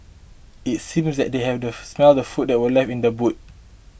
it seemed that they had smelt the food that were left in the boot